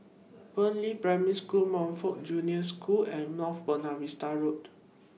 Fernvale Primary School Montfort Junior School and North Buona Vista Road